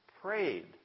prayed